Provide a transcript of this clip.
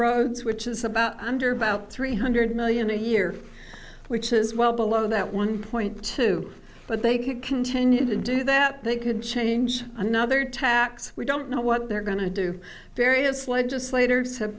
roads which is about under about three hundred million a year which is well below that one point two but they could continue to do that they could change another tax we don't know what they're going to do various legislators have